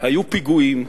היו פיגועים,